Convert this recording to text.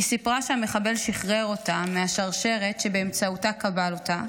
היא סיפרה שהמחבל שחרר אותה מהשרשרת שבאמצעותה כבל אותה